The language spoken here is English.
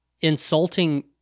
insulting